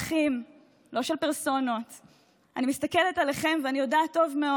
השאלה היא לא רק איך הצלחתם להגיע לגירעון הזה אלא